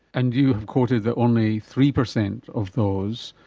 and you have quoted that only three percent of those,